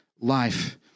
life